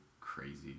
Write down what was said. crazy